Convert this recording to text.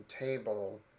table